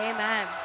Amen